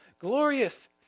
glorious